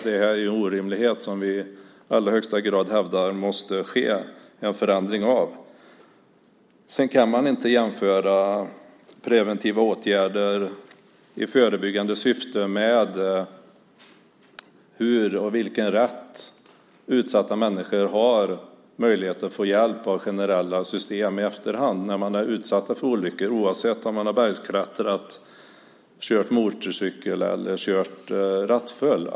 Det är en orimlighet som vi i allra högsta grad hävdar att det måste ske en förändring av. Man kan inte jämföra preventiva åtgärder i förebyggande syfte med vilken möjlighet utsatta människor har att få hjälp av generella system i efterhand när de har utsatts för olyckor, oavsett om man har bergsklättrat, kört motorcykel eller kört rattfull.